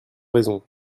raison